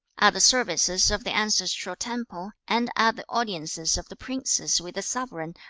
the services of the ancestral temple, and at the audiences of the princes with the sovereign,